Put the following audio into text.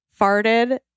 farted